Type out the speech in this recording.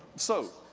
so,